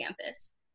campus